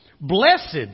Blessed